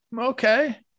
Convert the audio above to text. Okay